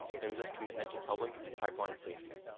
phmsa commitment to public and pipeline safety.